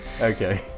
Okay